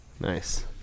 Nice